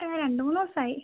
ഇത് രണ്ട് മൂന്ന് ദിവസമായി